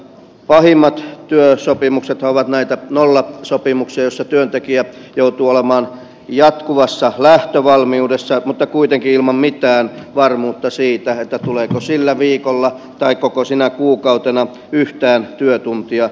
pahimmat työsopimuksethan ovat näitä nollasopimuksia joissa työntekijä joutuu olemaan jatkuvassa lähtövalmiudessa mutta kuitenkin ilman mitään varmuutta siitä tuleeko sillä viikolla tai koko sinä kuukautena yhtään työtuntia tehtäväksi